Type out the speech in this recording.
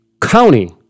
County